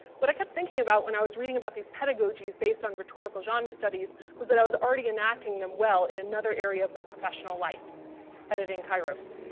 what i kept thinking about when i was reading about these pedagogies based on rhetorical genre studies was that i was already enacting them well in another area of my professional life editing kairos.